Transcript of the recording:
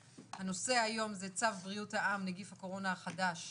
הנושא היום זה צו בריאות העם (נגיף הקורונה החדש)